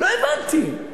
לא הבנתי.